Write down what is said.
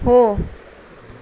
हो